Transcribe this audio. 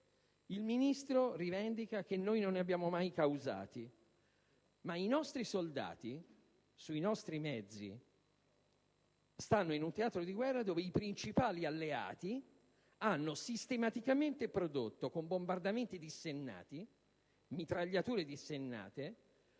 Il Ministro rivendica che noi non abbiamo mai causato morti. Ma i nostri soldati, sui nostri mezzi, stanno in un teatro di guerra dove i principali alleati hanno sistematicamente prodotto, con bombardamenti e mitragliamenti dissennati,